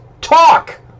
talk